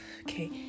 Okay